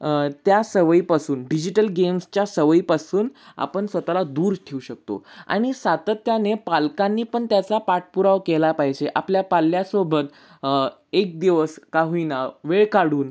त्या सवयीपासून डिजिटल गेम्सच्या सवयीपासून आपण स्वतःला दूर ठेवू शकतो आणि सातत्याने पालकांनी पण त्याचा पाठपुरावा केला पाहिजे आपल्या पाल्यासोबत एक दिवस का होईना वेळ काढून